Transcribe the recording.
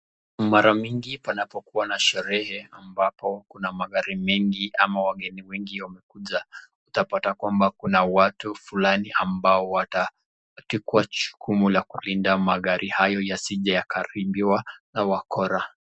Mara mingi panapo kuwa na sherehe ambapo kuna magari mingi ama wageni wengi wamekuja utapata kwamba kuna watu fulani ambao watapewa jukumu ya kulinda magari yao yasije yakaaribiwa na wakora.